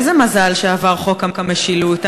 איזה מזל שעבר חוק המשילות,